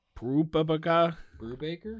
Brubaker